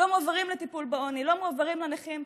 לא מועברים לטיפול בעוני, לא מועברים לנכים.